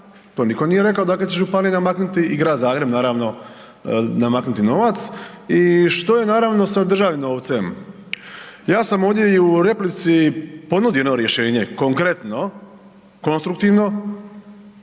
to nitko nije rekao odakle će županije namaknuti i Grad Zagreb naravno namaknuti novac i što je naravno sa državnim novcem. Ja sam ovdje i u replici ponudio jedno rješenje konkretno, konstruktivno,